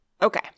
Okay